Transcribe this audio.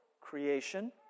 creation